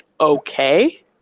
okay